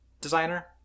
designer